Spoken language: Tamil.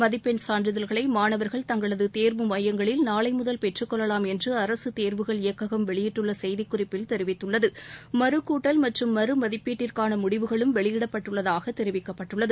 மதிப்பெண் சான்றிதழ்களைமானவர்கள் தங்களததேர்வு எமயங்களில் நாளைமுதல் பெற்றுக்கொள்ளலாம் என்றுஅரசுதேர்வுகள் இயக்ககம் வெளியிட்டுள்ளசெய்திக்குறிப்பில் தெரிவித்துள்ளது மறுகூட்டல் மற்றும் மறுமதிப்பீட்டிற்கானமுடிவுகளும் வெளியிடப்பட்டுள்ளதாகதெரிவிக்கப்பட்டுள்ளது